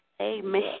Amen